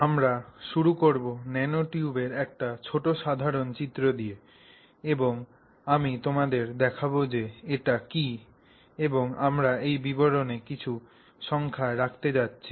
আমরা শুরু করব ন্যানোটিউবের একটি ছোট সাধারণ চিত্র দিয়ে এবং আমি তোমাদের দেখাবো যে এটি কি এবং আমরা এই বিবরণে কিছু সংখ্যা রাখতে যাচ্ছি